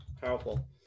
powerful